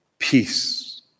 Peace